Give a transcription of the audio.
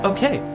Okay